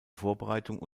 vorbereitung